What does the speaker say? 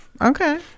Okay